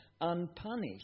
unpunished